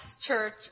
church